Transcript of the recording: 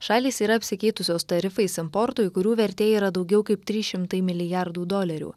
šalys yra apsikeitusios tarifais importui kurių vertė yra daugiau kaip trys šimtai milijardų dolerių